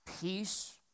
peace